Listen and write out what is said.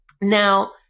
Now